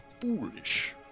foolish